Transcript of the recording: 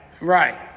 Right